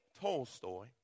Tolstoy